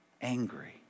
Angry